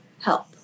help